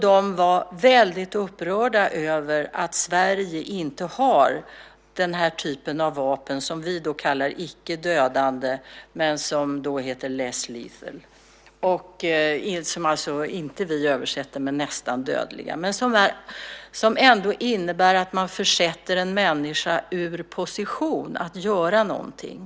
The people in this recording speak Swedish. De var väldigt upprörda över att Sverige inte har den här typen av vapen, som vi då kallar icke dödande men som heter less lethal , som vi alltså inte översätter med "nästan dödliga". Dessa vapen innebär ändå att man försätter en människa ur position att göra någonting.